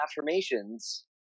affirmations